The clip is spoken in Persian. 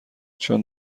چون